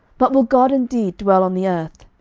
but will god indeed dwell on the earth?